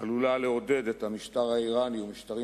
עלולה לעודד את המשטר האירני ומשטרים